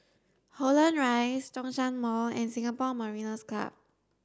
Holland Rise Zhongshan Mall and Singapore Mariners' Club